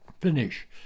finish